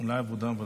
אולי עבודה ורווחה?